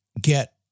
get